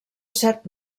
cert